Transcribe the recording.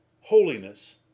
Holiness